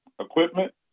equipment